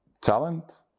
Talent